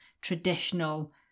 traditional